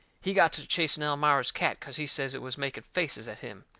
he got to chasing elmira's cat cause he says it was making faces at him.